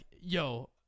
yo